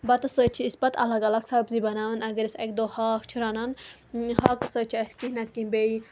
بَتس سۭتۍ چھِ أسۍ پَتہٕ اَلگ اَلگ سَبزی بَناوان اَگر اَسہِ اَکہِ دۄہ ہاکھ چھِ رَنان ہاکَس سۭتۍ چھُ اَسہِ کیٚنہہ نہ تہٕ کیٚنہہ بیٚیہِ